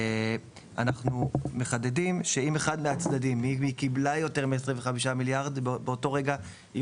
אנחנו מחדדים: אם היא קיבלה יותר מ-25 מיליארד באותו רגע היא